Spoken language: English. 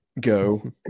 go